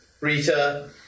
Rita